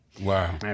Wow